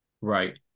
right